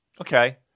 Okay